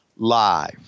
Live